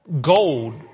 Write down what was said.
gold